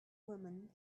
woman